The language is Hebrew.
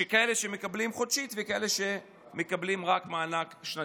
שיש כאלה שמקבלים חודשית וכאלה שמקבלים רק מענק שנתי.